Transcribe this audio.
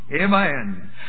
Amen